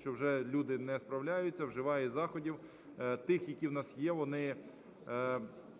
що вже люди не справляються, вживає заходів тих, які у нас, вони